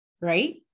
right